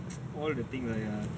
all the thing right !aiya!